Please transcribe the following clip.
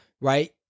right